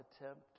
attempt